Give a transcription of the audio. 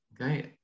okay